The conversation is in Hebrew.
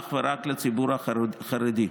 אך ורק לציבור החרדי.